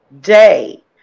day